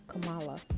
Kamala